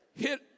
Hit